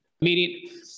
meeting